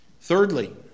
Thirdly